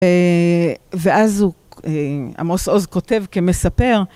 ואז הוא, עמוס עוז כותב כמספר.